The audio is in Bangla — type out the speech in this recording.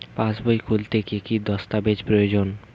পাসবই খুলতে কি কি দস্তাবেজ প্রয়োজন?